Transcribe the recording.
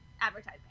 Advertising